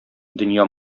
дөнья